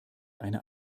eine